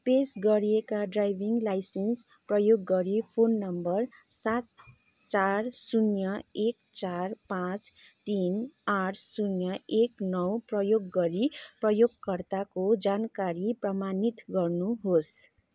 पेस गरिएका driving licence प्रयोग गरी फोन नम्बर सात चार शून्य एक पाँच तिन आठ शून्य एक नौ प्रयोग गरी प्रयोगकर्ताको जानकारी प्रमाणित गर्नुहोस्